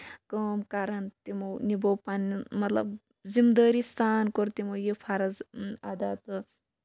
کٲم کران تِمو نِبوو پَنُن مطلب زِمہٕ دٲری سان کوٚر تِمو یہِ فَرٕض اَدا تہٕ